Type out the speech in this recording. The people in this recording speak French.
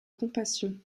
compassion